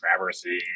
traversy